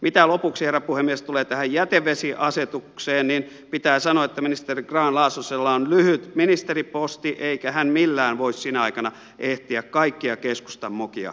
mitä lopuksi herra puhemies tulee tähän jätevesiasetukseen niin pitää sanoa että ministeri grahn laasosella on lyhyt ministeriposti eikä hän millään voi sinä aikana ehtiä kaikkia keskustan mokia korjata